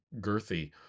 girthy